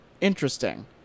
interesting